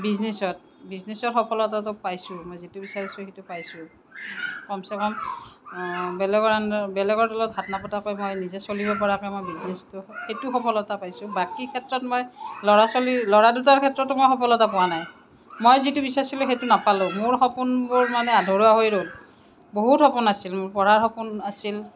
বিজনেচত বিজনেচত সফলতাটো পাইছোঁ মই যিটো বিচাৰিছোঁ সেইটো পাইছোঁ কম চে কম বেলেগৰ আণ্ডাৰত বেলেগৰ তলত হাত নপতাকৈ মই নিজে চলিব পৰাকৈ মই বিজনেচটো সেইটো সফলতা পাইছোঁ বাকী ক্ষেত্ৰত মই ল'ৰা ছোৱালী ল'ৰা দুটাৰ ক্ষেত্ৰতো মই সফলতা পোৱা নাই মই যিটো বিচাৰিছিলোঁ সেইটো নাপালোঁ সপোনবোৰ মানে আধৰুৱা হৈ ৰ'ল বহুত সপোন আছিল মোৰ পঢ়াৰ সপোন আছিল